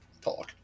talk